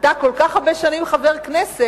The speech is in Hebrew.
אתה כל כך הרבה שנים חבר כנסת,